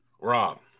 Rob